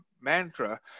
mantra